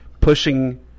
pushing